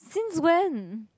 since when